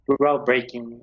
groundbreaking